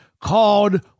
called